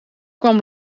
kwam